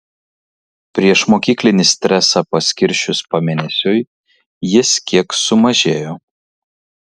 priešmokyklinį stresą paskirsčius pamėnesiui jis kiek sumažėjo